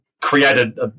created